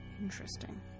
interesting